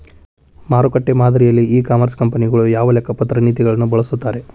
ಮಾರುಕಟ್ಟೆ ಮಾದರಿಯಲ್ಲಿ e commerce ಕಂಪನಿಗಳು ಯಾವ ಲೆಕ್ಕಪತ್ರ ನೇತಿಗಳನ್ನ ಬಳಸುತ್ತಾರಿ?